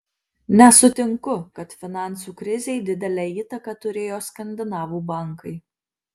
nesutinku kad finansų krizei didelę įtaką turėjo skandinavų bankai